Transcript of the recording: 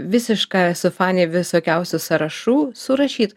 visiška esu fanė visokiausių sąrašų surašyt